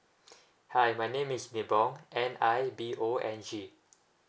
hi my name is nibong N I B O N G